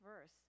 verse